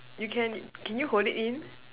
you can can you hold it in